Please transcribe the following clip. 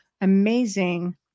amazing